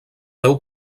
deu